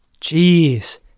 Jeez